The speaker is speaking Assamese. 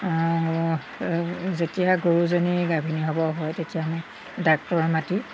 যেতিয়া গৰুজনী গাভিনী হ'ব হয় তেতিয়া আমি ডাক্তৰ মাতি